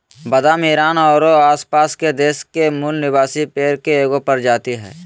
बादाम ईरान औरो आसपास के देश के मूल निवासी पेड़ के एगो प्रजाति हइ